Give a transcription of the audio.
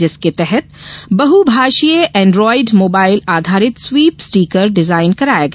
जिसके तहत बहुभाषीय एंड्राइड मोबाइल आधारित स्वीप स्टीकर डिजाइन कराया गया